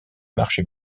marché